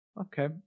Okay